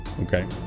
Okay